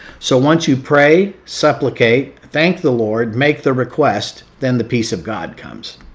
so once you pray, supplicate, thank the lord, make the request, then the peace of god comes.